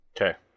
Okay